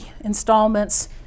installments